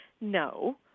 No